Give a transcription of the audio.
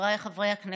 חבריי חברי הכנסת,